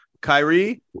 Kyrie